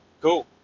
cool